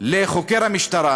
לחוקר המשטרה,